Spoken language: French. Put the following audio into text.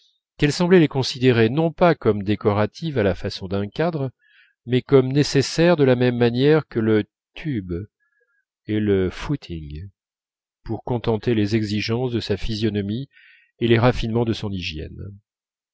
qu'elle semblait les considérer non pas comme décoratives à la façon d'un cadre mais comme nécessaires de la même manière que le tub et le footing pour contenter les exigences de sa physionomie et les raffinements de son hygiène